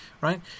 right